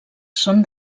són